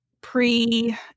pre